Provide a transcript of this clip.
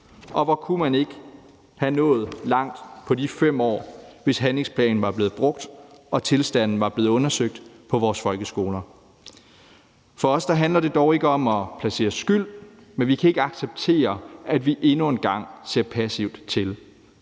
Hvor kunne man ikke være nået langt på de 5 år, hvis handlingsplanen var blevet brugt og tilstanden på vores folkeskoler var blevet undersøgt. For os handler det dog ikke om at placere skyld, men vi kan ikke acceptere, at vi endnu en gang ser passivt til.